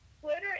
Twitter